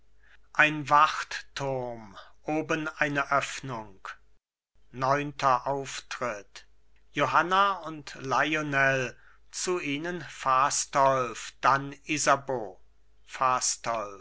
ein wartturm oben eine öffnung neunter auftritt johanna und lionel fastolf isabeau fastolf